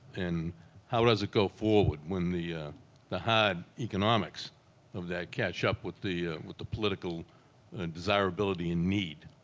and how does it go forward when the the hard economics of that catch up with the with the political desirability and need